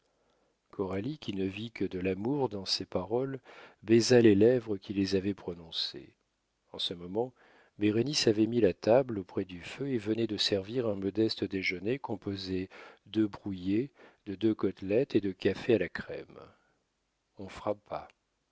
coralie qui ne vit que de l'amour dans ces paroles baisa les lèvres qui les avaient prononcées en ce moment bérénice avait mis la table auprès du feu et venait de servir un modeste déjeuner composé d'œufs brouillés de deux côtelettes et de café à la crème on frappa